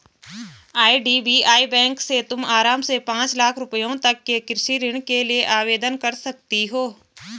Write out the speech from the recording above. IDBI bank से तुम आराम से पाँच लाख रुपयों तक के कृषि ऋण के लिए आवेदन कर सकती हो